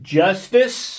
justice